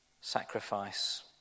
sacrifice